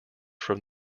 from